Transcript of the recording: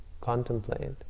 contemplate